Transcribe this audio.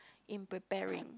in preparing